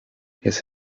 his